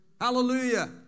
Hallelujah